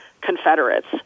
Confederates